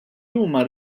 huma